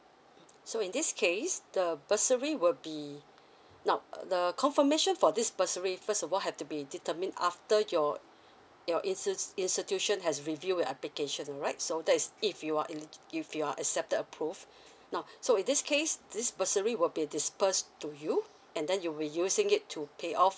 so in this case the bursary will be now the confirmation for this bursary first of all have to be determined after your your insti~ instituition has review your applications right so that's if you are in if you're accepted approved now so in this case this bursary will be dispersed to you and then you'll be using it to pay off